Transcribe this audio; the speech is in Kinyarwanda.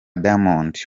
diamond